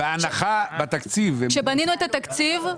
כשבנינו את התקציב,